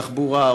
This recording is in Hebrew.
התחבורה,